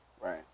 Right